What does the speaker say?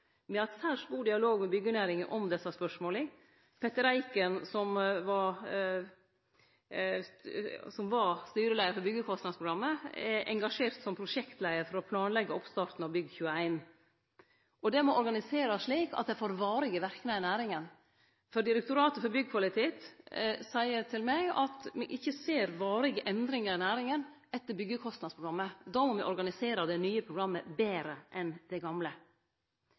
med næringa i det arbeidet. Me har særs god dialog med byggjenæringa om desse spørsmåla. Petter Eiken, som var styreleiar for Byggjekostnadsprogrammet, er engasjert som prosjektleiar for å planleggje oppstartinga av Bygg21. Det må organiserast slik at det får varige verknader i næringa, for Direktoratet for byggkvalitet seier til meg at me ikkje ser varige endringar i næringa etter byggjekostnadsprogrammet. Då må me organisere det nye programmet betre enn det gamle.